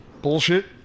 bullshit